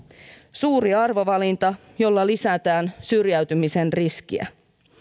suuri arvovalinta jolla lisätään syrjäytymisen riskiä